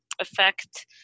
affect